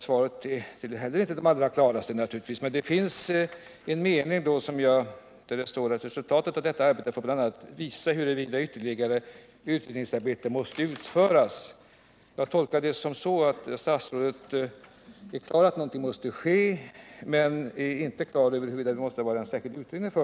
Svaret tillhör inte heller de allra klaraste, men det finns en mening som lyder: ”Resultatet av detta arbete får bl.a. visa huruvida ytterligare utredningsarbete måste utföras.” Jag tolkar det så, att statsrådet inser att någonting måste ske, men hon är inte klar över huruvida det måste vara en särskild utredning.